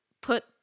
put